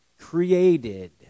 created